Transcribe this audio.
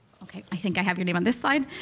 okay, i think i have your name on this slide.